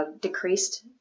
decreased